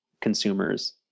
consumers